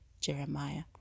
jeremiah